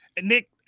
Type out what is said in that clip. Nick